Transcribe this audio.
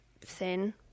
thin